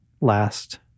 last